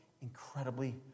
incredibly